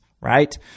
right